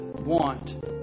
want